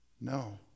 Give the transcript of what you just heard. No